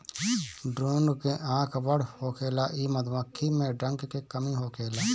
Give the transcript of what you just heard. drone के आँख बड़ होखेला इ मधुमक्खी में डंक के कमी होखेला